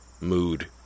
mood